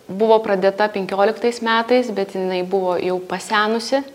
buvo pradėta penkioliktais metais bet jinai buvo jau pasenusi